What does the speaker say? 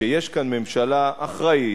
שיש כאן ממשלה אחראית,